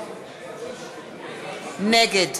נגד